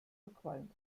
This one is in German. verqualmt